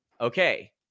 Okay